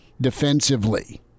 defensively